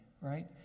right